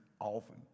often